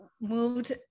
moved